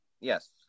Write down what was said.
Yes